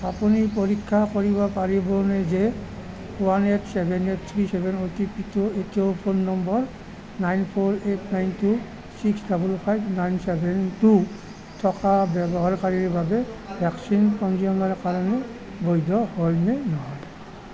আপুনি পৰীক্ষা কৰিব পাৰিবনে যে one eight seven eight three seven O T পিটো এতিয়াও phone number nine four eight nine two six double five nine seven two থকা ব্যৱহাৰকাৰীৰ বাবে ভেকচিন পঞ্জীয়নৰ কাৰণে বৈধ হয় নে নহয়